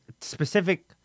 specific